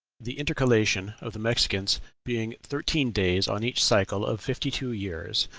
the intercalation of the mexicans being thirteen days on each cycle of fifty-two years,